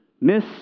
miss